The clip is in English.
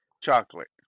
chocolate